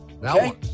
Now